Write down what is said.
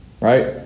Right